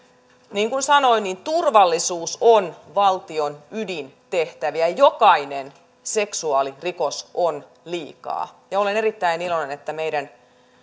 niin kuin sanoin turvallisuus on valtion ydintehtäviä jokainen seksuaalirikos on liikaa olen erittäin iloinen että meidän